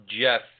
Jeff